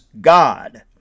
God